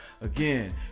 again